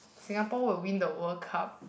Singapore will win the World Cup